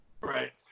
Right